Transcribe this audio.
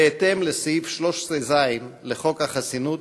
בהתאם לסעיף 13(ז) לחוק החסינות,